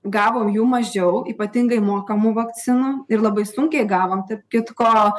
gavom jų mažiau ypatingai mokamų vakcinų ir labai sunkiai gavom tarp kitko